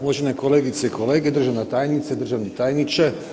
Uvažene kolegice i kolege, državna tajnice, državni tajniče.